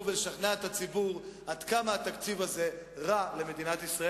ולשכנע את הציבור עד כמה התקציב הזה רע למדינת ישראל.